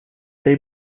they